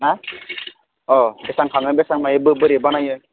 मा अ बेसेबां खाङो बेसेबां मायो बोरै बानायो